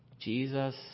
Jesus